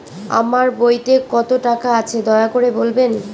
আমার বইতে কত টাকা আছে দয়া করে বলবেন?